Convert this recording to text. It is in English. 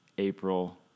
April